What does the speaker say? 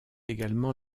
également